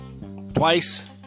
twice